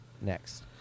next